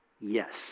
yes